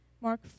Mark